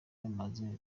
bamaze